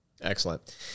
Excellent